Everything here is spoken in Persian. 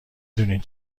دونین